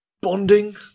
bonding